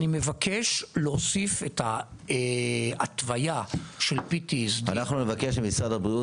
אני מבקש להוסיף את ההתוויה של PTSD --- אנחנו נבקש ממשרד הבריאות